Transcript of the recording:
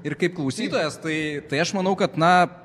ir kaip klausytojas tai tai aš manau kad na